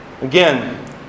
Again